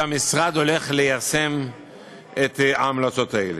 שהמשרד הולך ליישם את ההמלצות האלה,